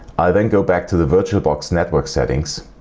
i then go back to the virtualbox network settings,